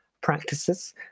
practices